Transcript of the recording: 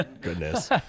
Goodness